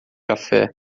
café